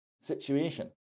situation